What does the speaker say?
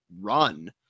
run